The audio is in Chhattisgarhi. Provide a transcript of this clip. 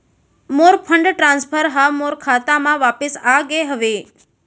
मोर फंड ट्रांसफर हा मोर खाता मा वापिस आ गे हवे